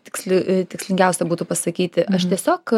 tiksli tikslingiausia būtų pasakyti aš tiesiog